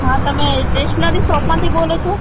હા તમે સ્ટેશનરી શોપમાંથી બોલો છો